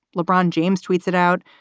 lebron james tweets it out.